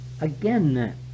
again